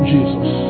Jesus